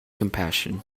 compassion